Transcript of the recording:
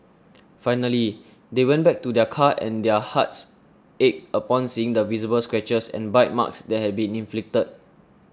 finally they went back to their car and their hearts ached upon seeing the visible scratches and bite marks that had been inflicted